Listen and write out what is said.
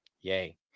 yay